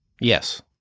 Yes